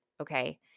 Okay